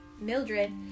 Mildred